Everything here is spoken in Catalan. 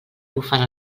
bufant